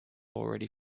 already